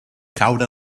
caure